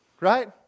Right